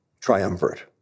triumvirate